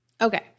Okay